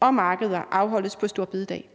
og markeder afholdes på store bededag